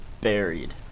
Buried